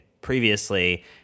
previously